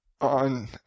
on